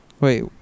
Wait